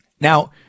Now